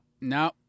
no